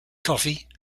coffee